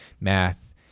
math